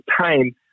time